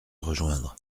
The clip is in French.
rejoindre